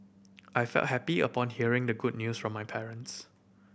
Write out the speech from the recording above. I felt happy upon hearing the good news from my parents